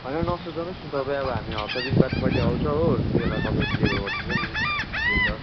होइन न सुर्ताउनोस् न तपाईँ अब हामी हप्ता दिन बाद कहिले आउँछ हो त्यति बेला तपाईँको डेलिभर गर्दिन्छ नि सिलिन्डर